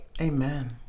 Amen